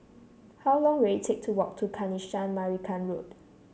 how long will it take to walk to Kanisha Marican Road